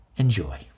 Enjoy